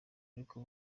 ariko